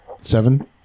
Seven